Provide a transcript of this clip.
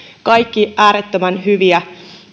kaikki äärettömän hyviä